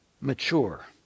mature